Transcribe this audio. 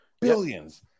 billions